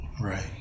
Right